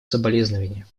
соболезнования